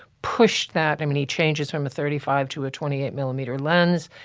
pushed that. i mean, he changes from a thirty five to a twenty eight millimeter lens.